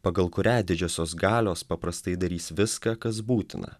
pagal kurią didžiosios galios paprastai darys viską kas būtina